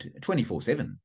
24-7